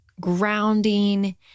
grounding